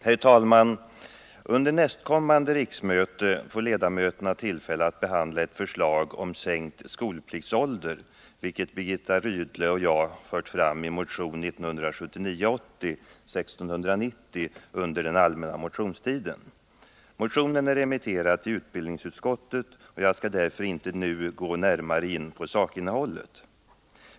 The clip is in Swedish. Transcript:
Herr talman! Under nästkommande riksmöte får ledamöterna tillfälle att behandla ett förslag om sänkt skolpliktsålder, vilket Birgitta Rydle och jag fört fram i motion 1979/80:1690 under den allmänna motionstiden. Motionen är remitterad till utbildningsutskottet, och jag skall därför inte nu gå närmare in på sakinnehållet.